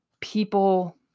people